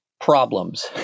problems